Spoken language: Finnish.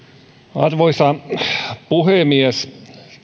arvoisa puhemies